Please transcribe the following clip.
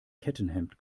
kettenhemd